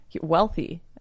wealthy